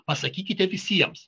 pasakykite visiems